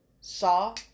Saw